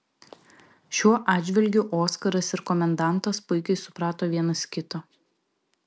šiuo atžvilgiu oskaras ir komendantas puikiai suprato vienas kitą